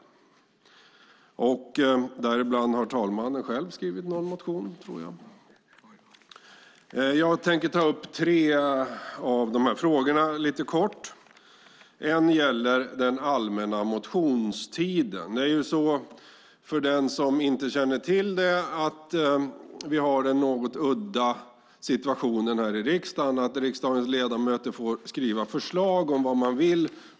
Bland annat har, tror jag, andre vice talmannen själv skrivit någon motion. Jag tänker ganska kort ta upp tre frågor. En av dem gäller den allmänna motionstiden. För den som inte känner till det kan jag berätta att vi har den något udda situationen här i riksdagen att riksdagsledamöterna under två veckor varje år får skriva förslag om vad de vill.